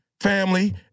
family